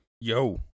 Yo